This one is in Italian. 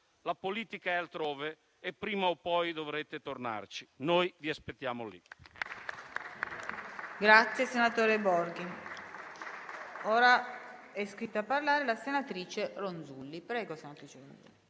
la politica è altrove e prima o poi dovrete tornarci. Noi vi aspettiamo lì.